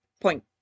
point